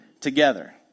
together